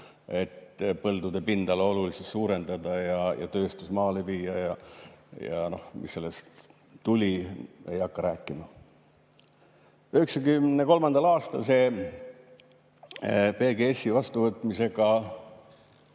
et põldude pindala oluliselt suurendada ja tööstus maale viia. Ja noh, mis sellest tuli, ei hakka rääkima.1993. aastal oli PGS-i vastuvõtmisega